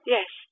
Yes